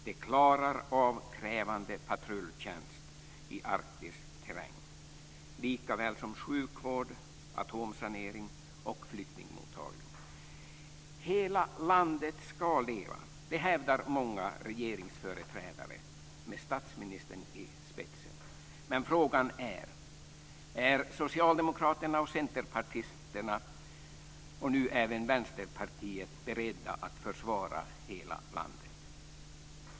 Det klarar av krävande patrulltjänst i arktisk terräng likaväl som sjukvård, atomsanering och flyktingmottagning. Hela landet ska leva. Det hävdar många regeringsföreträdare med statsministern i spetsen. Men frågan är: Är socialdemokraterna och centerpartisterna och nu även vänsterpartisterna beredda att försvara hela landet?